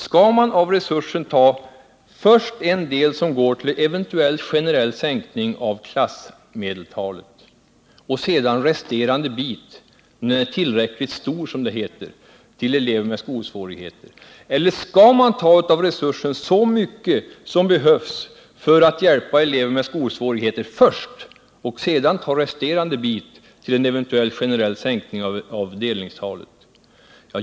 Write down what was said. Skall man av resursen ta först den del som går till en eventuell generell sänkning av klassmedeltalet och sedan resterande bit — om den är tillräckligt stor, som det heter — till elever med skolsvårigheter? Eller skall man av resursen först ta så mycket som behövs för att hjälpa elever med skolsvårigheter och sedan ta resterande bit för en eventuell generell sänkning av delningstalet?